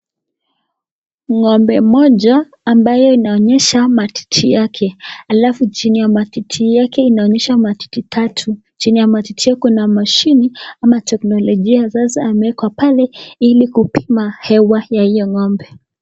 Ng'ombe moja ambaye inaonyesha matiti yake, alafu chini ya matiti yake inaonyesha matiti tatu chini ya matiti hio kuna mashini ama technologia ya sasa imewekwa pale ilikupima hewa ya hio Ng'ombe.